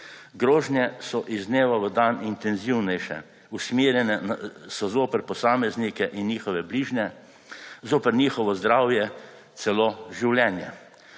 Grožnje so iz dneva v dan intenzivnejše, usmerjene so zoper posameznike in njihove bližnje, zoper njihovo zdravje, celo življenje.